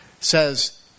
says